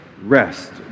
rest